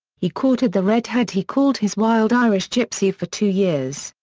he courted the redhead he called his wild irish gypsy for two years,